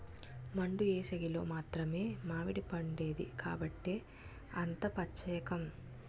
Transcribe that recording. మండు ఏసంగిలో మాత్రమే మావిడిపండేది కాబట్టే అంత పచ్చేకం